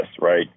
right